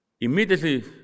Immediately